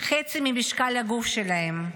חצי ממשקל הגוף שלהם.